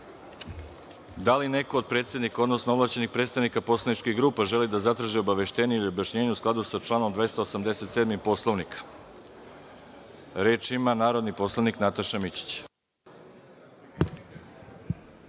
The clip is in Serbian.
li neko od predsednika, odnosno ovlašćenih predstavnika poslaničkih grupa želi da zatraži obaveštenje ili objašnjenje, u skladu sa članom 287. Poslovnika? Reč ima narodni poslanik Nataša Mićić.